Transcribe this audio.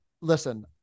Listen